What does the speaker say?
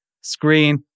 screen